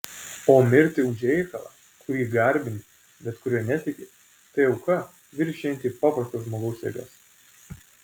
o mirti už reikalą kurį garbini bet kuriuo netiki tai auka viršijanti paprasto žmogaus jėgas